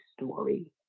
story